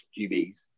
QBs